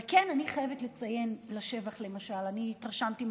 אבל כן, אני חייבת לציין לשבח, למשל אני התרשמתי,